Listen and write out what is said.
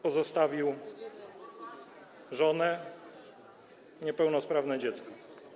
Pozostawił żonę, niepełnosprawne dziecko.